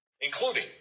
including